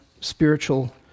spiritual